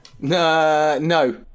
No